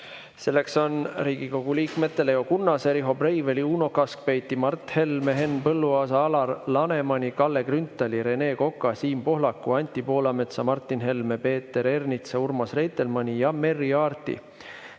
Selleks on Riigikogu liikmete Leo Kunnase, Riho Breiveli, Uno Kaskpeiti, Mart Helme, Henn Põlluaasa, Alar Lanemani, Kalle Grünthali, Rene Koka, Siim Pohlaku, Anti Poolametsa, Martin Helme, Peeter Ernitsa, Urmas Reitelmanni ja Merry Aarti